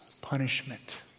Punishment